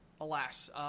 alas